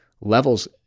levels